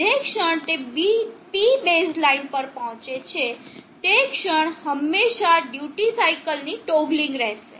જે ક્ષણ તે P બેઝ લાઇન પર પહોંચે છે તે ક્ષણ હંમેશા ડ્યુટી સાઇકલ ની ટોગલિંગ રહેશે